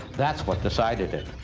that's what decided it.